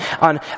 on